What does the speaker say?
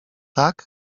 tak